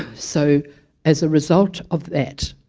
so as a result of that,